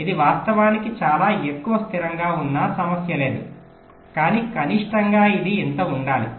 ఇది వాస్తవానికి చాలా ఎక్కువ స్థిరంగా ఉన్నా సమస్య లేదు కానీ కనిష్టంగా ఇది ఇంత ఉండాలి